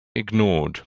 ignored